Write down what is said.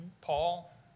Paul